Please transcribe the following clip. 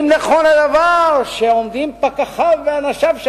ואם נכון הדבר שעומדים פקחיו ואנשיו של